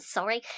Sorry